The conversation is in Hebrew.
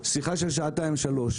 שיחה של שעתיים-שלוש,